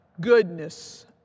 goodness